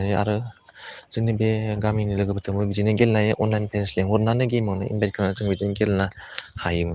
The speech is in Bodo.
आरो जोंनि बे गामिनि लोगोफोरजोंबो बिदिनो गेलेनाय अनलाइन फेस लेंहरनानै गेमावनो इनभाइट खालामनानै जों बिदिनो गेलेना हायोमोन